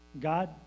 God